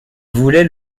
voulait